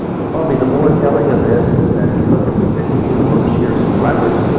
and probably the more telling of this is that if you look at the fifteen warmest years on record,